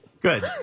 Good